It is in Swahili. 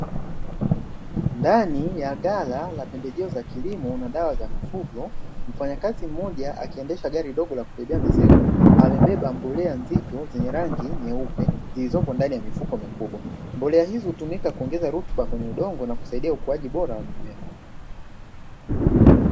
Ndani ya ghala la pembejeo za kilimo na dawa za mifugo, mfanyakazi mmoja akiendesha gari dogo la kubebea mizigo, amebeba mbolea nzito zenye rangi nyeupe zilizopo ndani ya mifuko mikubwa, mbolea hizo hutumika kuongeza rutuba kwenye udongo na kusaidia ukuaji bora wa mimea.